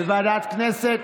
לוועדת הכנסת?